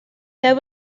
there